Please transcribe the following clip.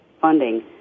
funding